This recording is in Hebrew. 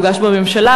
הוא יוגש בממשלה,